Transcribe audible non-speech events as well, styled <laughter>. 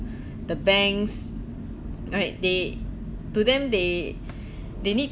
<breath> the banks right they to them they <breath> they need